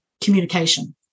communication